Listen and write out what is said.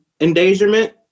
endangerment